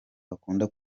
bakunda